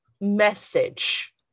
message